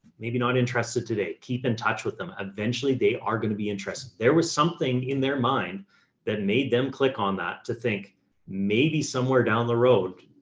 maybe not interested today, keep in touch with them. eventually they are going to be interested. there was something in their mind that made them click on that to think maybe somewhere down the road,